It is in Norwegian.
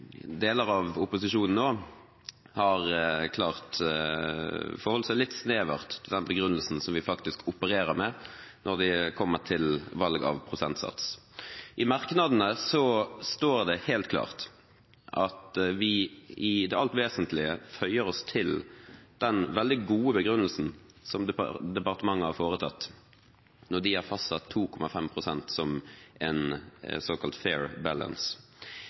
deler av opposisjonen har klart forholdt seg litt snevert til den begrunnelsen som vi faktisk opererer med når det kommer til valg av prosentsats. I merknadene står det helt klart at vi i det alt vesentlige føyer oss til den veldig gode begrunnelsen som departementet har gitt når de har fastsatt 2,5 pst. som en «fair balance».